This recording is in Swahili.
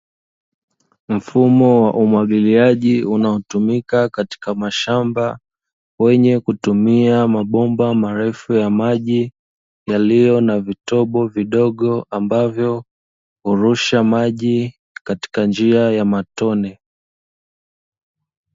Mfumo wa umwagiliaji unaotumika katika mashamba, wenye kutumia mabomba marefu ya maji yaliyo na vitobo vidogo ambavyo hurusha maji katika njia ya matone.